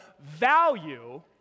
value